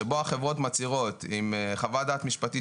שבו החברות מצהירות עם חוות דעת משפטית